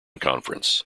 conference